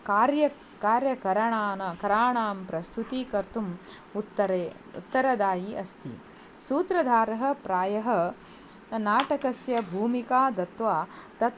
कार्यं कार्यकरणानां कराणां प्रस्तुतीकर्तुम् उत्तरे उत्तरदायी अस्ति सूत्रधारः प्रायः नाटकस्य भूमिकां दत्वा तत्